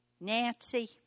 nancy